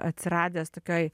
atsiradęs tokioj